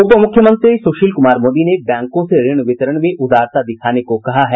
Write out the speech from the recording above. उपमुख्यमंत्री सुशील कुमार मोदी ने बैंकों से ऋण वितरण में उदारता दिखाने को कहा है